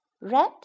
Red